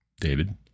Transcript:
David